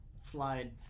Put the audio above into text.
slide